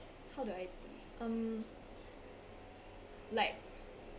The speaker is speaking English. how do I um like